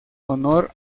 honor